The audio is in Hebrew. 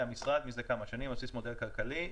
המשרד מזה כמה שנים על בסיס מודל כלכלי.